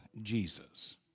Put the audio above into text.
jesus